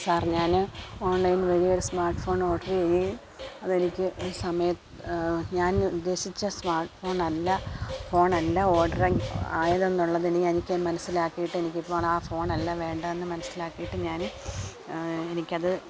sir ഞാൻ online വഴി ഒരു സ്മാർട്ട് ഫോൺ ഓർഡർ ചെയ്യുകയും അതെനിക്ക് സമയം ഞാൻ ഉദ്ദേശിച്ച സ്മാർട്ട് ഫോണല്ല ഫോണല്ല ഓഡറ് ആയതെന്നുള്ളത് എനിക്ക് മനസ്സിലാക്കിയിട്ടും എനിക്കിപ്പോൾ ആ ഫോണല്ല വേണ്ടതെന്ന് മനസ്സിലാക്കിയിട്ട് ഞാൻ എനിക്കത്